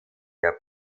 der